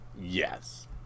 Yes